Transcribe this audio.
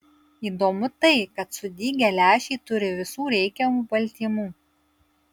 įdomu tai kad sudygę lęšiai turi visų reikiamų baltymų